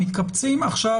מתקבצים עכשיו,